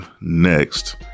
next